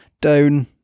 down